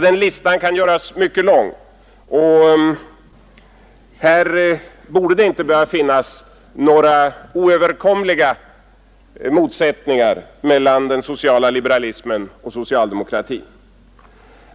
Den listan kan göras mycket lång, och här borde det inte behöva finnas några oöverkomliga motsättningar mellan den sociala liberalismen och socialdemokratin.